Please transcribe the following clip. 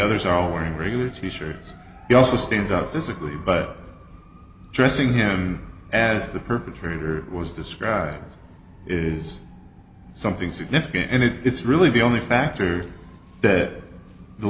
others are wearing regular teachers he also stands out physically but dressing him as the perpetrator was described is something significant and it's really the only factor that the